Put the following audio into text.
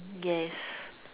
yes